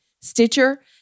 Stitcher